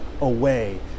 away